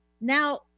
now